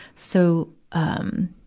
so, um,